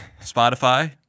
Spotify